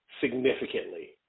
significantly